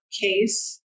case